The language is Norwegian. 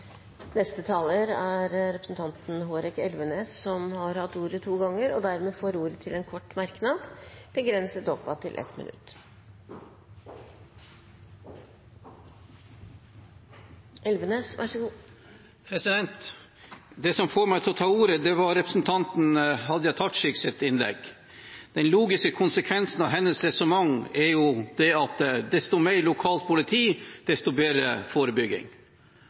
Representanten Hårek Elvenes har hatt ordet to ganger tidligere og får ordet til en kort merknad, begrenset til 1 minutt. Det som får meg til å ta ordet, er representanten Hadia Tajiks innlegg. Den logiske konsekvensen av hennes resonnement er at desto mer lokalt politi, desto bedre forebygging.